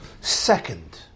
Second